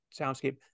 soundscape